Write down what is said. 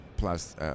Plus